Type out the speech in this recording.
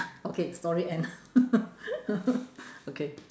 okay story end okay